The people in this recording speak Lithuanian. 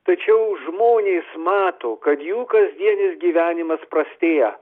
tačiau žmonės mato kad jų kasdienis gyvenimas prastėja